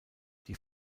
die